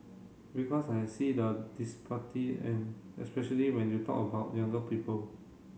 because I see the and especially when you talk about younger people